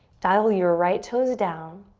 dial your right toes down